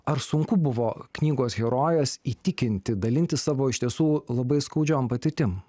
ar sunku buvo knygos herojes įtikinti dalintis savo iš tiesų labai skaudžiom patirtim